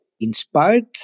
inspired